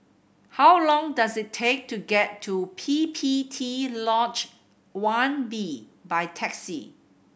how long does it take to get to P P T Lodge One B by taxi